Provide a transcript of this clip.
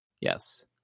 Yes